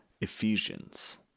Ephesians